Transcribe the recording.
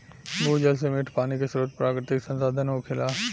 भूजल से मीठ पानी के स्रोत प्राकृतिक संसाधन होखेला